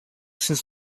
since